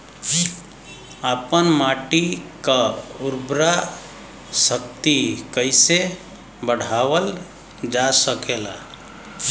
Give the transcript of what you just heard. आपन माटी क उर्वरा शक्ति कइसे बढ़ावल जा सकेला?